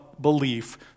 belief